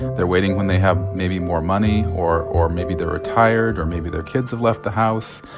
they're waiting when they have maybe more money, or or maybe they're retired or maybe their kids have left the house.